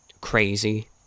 crazy